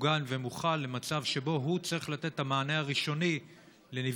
מוגן ומוכן למצב שבו הוא צריך לתת את המענה הראשוני לנפגעים,